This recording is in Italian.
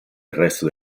arresto